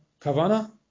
kavana